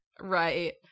Right